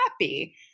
happy